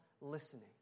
listening